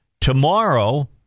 Tomorrow